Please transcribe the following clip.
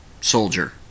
soldier